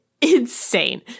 insane